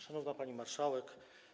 Szanowna Pani Marszałek!